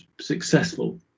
successful